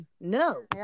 No